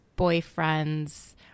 Boyfriend's